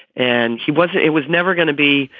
and he was it was never going to be.